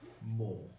More